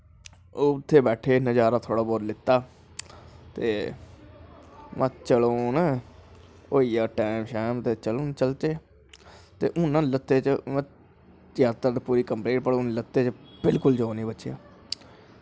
उत्थें बैठे नज़ारा थोह्ड़ा बौह्ता लैत्ता ते महां चलो हून टैम शैम होई गेआ ते चलो चलचै ते हून ना लत्ते च नां पर हून बिल्कुल जोर नी बचेआ